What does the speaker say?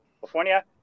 California